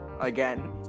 Again